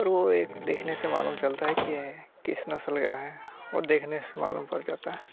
और वो एक दिखने से मालूम चलता है कि यह किस नस्ल का है वो देखने से मालूम पड़ जाता है